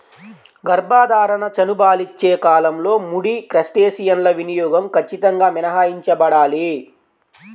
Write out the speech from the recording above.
గర్భధారణ, చనుబాలిచ్చే కాలంలో ముడి క్రస్టేసియన్ల వినియోగం ఖచ్చితంగా మినహాయించబడాలి